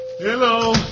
Hello